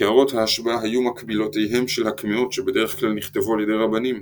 קערות ההשבעה היו מקבילותיהם של הקמעות שבדרך כלל נכתבו על ידי רבנים.